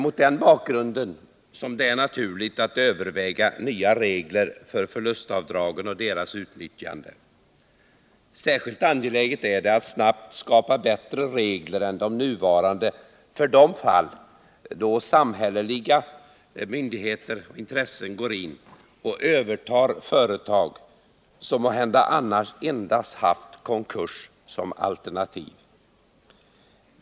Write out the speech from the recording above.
Mot den bakgrunden är det naturligt att överväga nya regler för förlustavdragen och deras utnyttjande. Särskilt angeläget är det att snabbt skapa bättre regler än de nuvarande för de fall då samhälleliga myndigheter och intressen går in och övertar företag som måhända annars endast hade haft konkurs som alternativ.